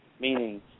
meaning